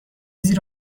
زیر